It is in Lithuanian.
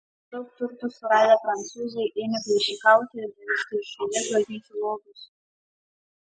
daug turtų suradę prancūzai ėmė plėšikauti ir vežti iš šalies bažnyčių lobius